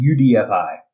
UDFI